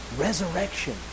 Resurrection